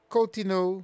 Cotino